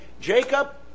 Jacob